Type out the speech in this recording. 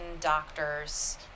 doctors